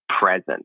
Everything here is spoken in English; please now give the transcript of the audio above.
present